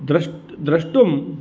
द्रष् द्रष्टुम्